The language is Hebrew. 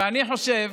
ואני חושב,